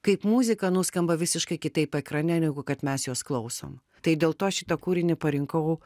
kaip muzika nuskamba visiškai kitaip ekrane negu kad mes jos klausom tai dėl to aš šitą kūrinį parinkau